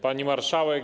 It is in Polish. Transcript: Pani Marszałek!